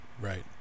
Right